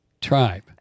tribe